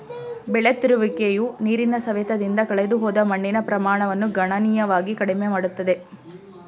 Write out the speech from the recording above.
ಬೆಳೆ ತಿರುಗುವಿಕೆಯು ನೀರಿನ ಸವೆತದಿಂದ ಕಳೆದುಹೋದ ಮಣ್ಣಿನ ಪ್ರಮಾಣವನ್ನು ಗಣನೀಯವಾಗಿ ಕಡಿಮೆ ಮಾಡುತ್ತದೆ